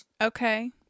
okay